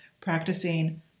practicing